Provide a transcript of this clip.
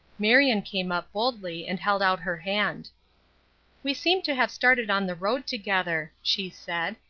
marion came up boldly and held out her hand we seem to have started on the road together, she said.